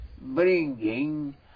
bringing